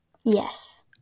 Yes